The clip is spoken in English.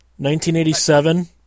1987